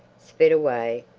sped away,